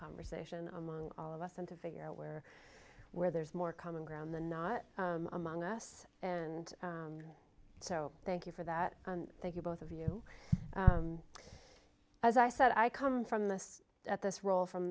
conversation among all of us and to figure out where where there's more common ground the not among us and so thank you for that thank you both of you as i said i come from this at this role from